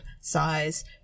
size